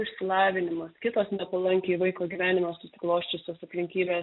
išsilavinimas kitos nepalankiai vaiko gyvenime susiklosčiusios aplinkybės